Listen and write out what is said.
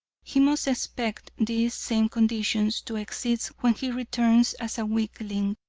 he must expect these same conditions to exist when he returns as a weakling.